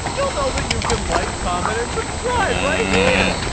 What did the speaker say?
you'll know that you can like, comment and subscribe, right here!